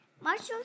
Marshall